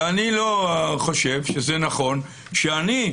ואני לא חושב שזה נכון שאני,